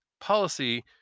policy